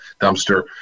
dumpster